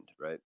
Right